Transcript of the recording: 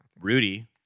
Rudy